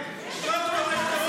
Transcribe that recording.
שתוק.